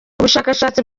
bushakashatsi